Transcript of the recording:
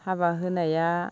हाबा होनाया